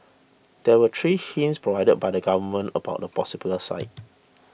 there were three hints provided by the government about the possible site